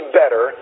better